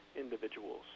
individuals